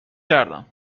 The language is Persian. کردم